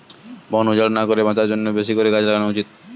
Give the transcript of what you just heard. বন উজাড় না করে বাঁচার জন্যে বেশি করে গাছ লাগানো উচিত